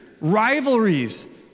rivalries